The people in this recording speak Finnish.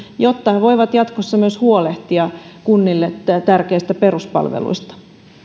jotta ne voivat myös jatkossa huolehtia kunnille tärkeistä peruspalveluista